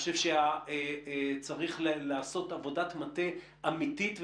צריך לעשות עבודת מטה אמתית ורצינית,